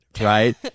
right